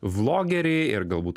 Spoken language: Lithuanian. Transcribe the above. vlogeriai ir galbūt